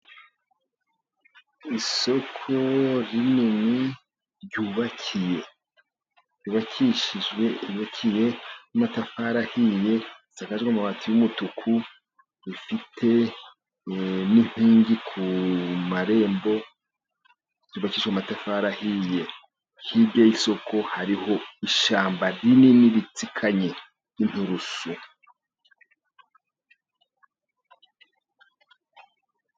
Isoko rinini ryubakiye, ryubakishijwe n'amatafari ahiye, risakajwe amabati y'umutuku, rifite n'inkingi ku marembo yubakije amatafari ahiye, hirya y'isoko hariho ishyamba rinini ritsikanye ry' inturusu.